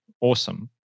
awesome